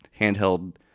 handheld